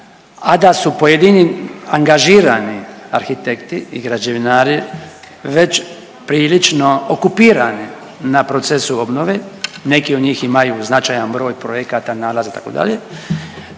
a da su pojedini angažirani arhitekti i građevinari već prilično okupirani na procesu obnove. Neki od njih imaju značajan broj projekata, nalaza, itd.,